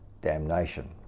damnation